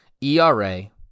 ERA